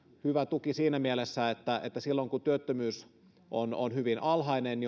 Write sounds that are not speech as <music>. hyvä tuki siinä mielessä että että silloin kun työttömyys on ollut hyvin alhainen <unintelligible>